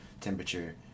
temperature